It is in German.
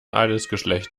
adelsgeschlecht